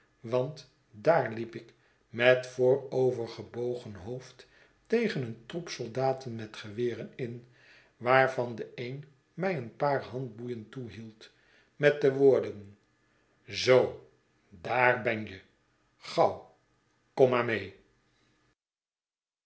want daar liep ik met voorovergebogen hoofd tegen een troep soldaten met geweren in waarvan de een mij een paar handboeien toehield met de woorden zoo daar ben je gauw kom maar mee